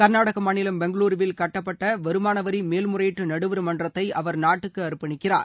கர்நாடாகா மாநிலம் பெங்களூறுவில் கட்டப்பட்ட வருமான வரி மேல்முறையீட்டு நடுவர் மன்றத்தை அவர் நாட்டுக்கு அற்பணிக்கிறார்